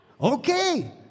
Okay